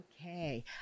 Okay